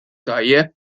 tajjeb